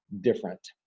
different